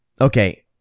okay